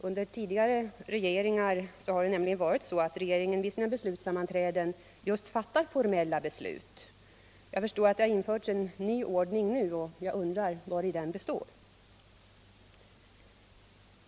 Under tidigare regeringar har det nämligen varit så att regeringen vid sina beslutssammanträden just fattat formella beslut. Jag förstår att det har införts en ny ordning nu, och jag undrar vari den består.